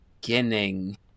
beginning